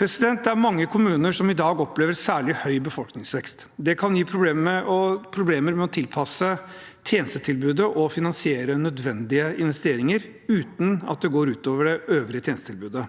Det er mange kommuner som i dag opplever særlig høy befolkningsvekst. Det kan gi problemer med å tilpasse tjenestetilbudet og finansiere nødvendige investeringer uten at det går ut over det øvrige tjenestetilbudet.